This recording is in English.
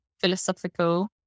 philosophical